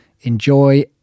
Enjoy